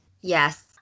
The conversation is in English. Yes